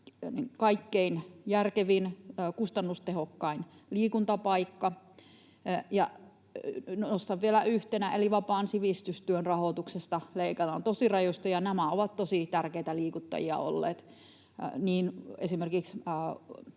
kaikkein järkevin, kustannustehokkain liikuntapaikka. Nostan vielä yhtenä sen, että vapaan sivistystyön rahoituksesta leikataan tosi rajusti, ja nämä ovat tosi tärkeitä liikuttajia olleet esimerkiksi